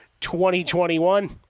2021